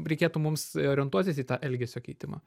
reikėtų mums orientuotis į tą elgesio keitimą